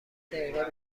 دقیقه